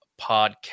podcast